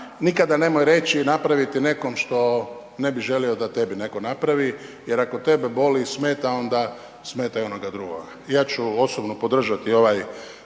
nikada nemoj reći i napraviti nekom što ne bi želio da tebi netko napravi jer ako tebe boli i smeta onda smeta i onoga drugoga. Ja ću osobno podržati ovaj